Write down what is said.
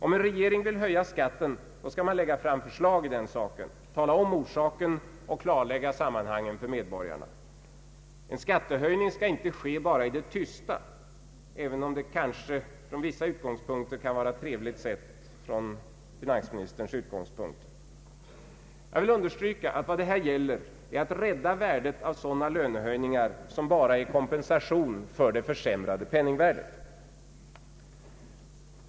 Om en regering vill höja skatten då skall man lägga fram förslag i saken, tala om orsaken och klarlägga sammanhangen för medborgarna. En skattehöjning skall inte bara ske i det tysta, även om detta kan vara trevligt sett från finansministerns utgångspunkter. Jag vill understryka att vad det här gäller är att rädda värdet av sådana lönehöjningar som bara är kompensation för penningvärdets försämring.